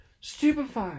Stupefy